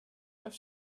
have